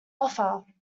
offer